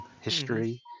history